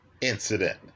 incident